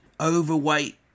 overweight